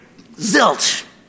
zilch